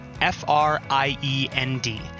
F-R-I-E-N-D